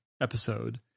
episode